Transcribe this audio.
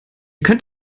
könnt